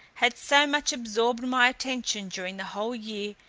had so much absorbed my attention during the whole year,